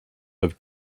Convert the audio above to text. have